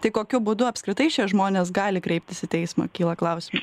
tai kokiu būdu apskritai šie žmonės gali kreiptis į teismą kyla klausimų